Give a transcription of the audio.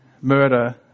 murder